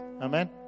Amen